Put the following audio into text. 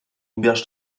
auberge